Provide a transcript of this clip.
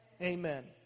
amen